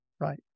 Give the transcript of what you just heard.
Right